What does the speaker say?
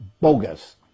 bogus